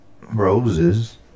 Roses